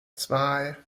zwei